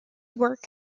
work